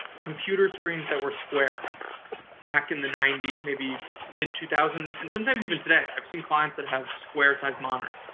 computer screens that were square back in the nineties, maybe mid two thousand s. and sometimes even today. i've seen clients that have square type monitor.